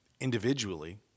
individually